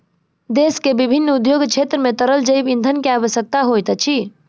देश के विभिन्न उद्योग क्षेत्र मे तरल जैव ईंधन के आवश्यकता होइत अछि